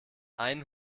einen